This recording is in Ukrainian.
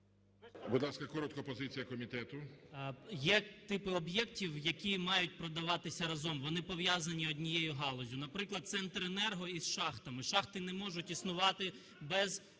Будь ласка, коротко позиція комітету. 14:52:51 МОВЧАН О.В. Є типи об'єктів, які мають продаватися разом, вони пов'язані однією галуззю. Наприклад, Центренерго із шахтами. Шахти не можуть існувати без